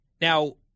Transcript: Now